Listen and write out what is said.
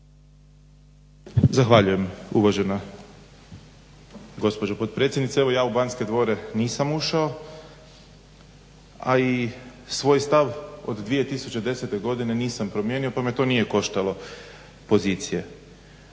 Zahvaljujem uvažena gospođo potpredsjednice. Evo ja u Banske dvore nisam ušao a i svoj stav od 2010. godine nisam promijenio pa me to nije koštalo pozicije.